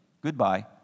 Goodbye